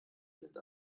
sind